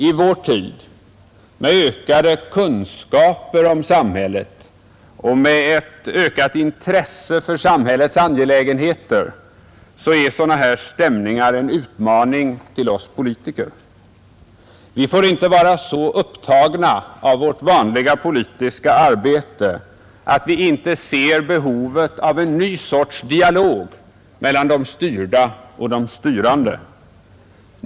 I vår tid, med ökade kunskaper om samhället och ökat intresse för samhällets angelägenheter, är sådana här stämningar en utmaning till oss politiker. Vi får inte vara så upptagna av värt vanliga politiska arbete att vi inte ser behovet av en ny sorts dialog mellan de styrda och de styrande.